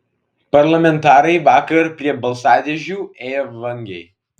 parlamentarai vakar prie balsadėžių ėjo vangiai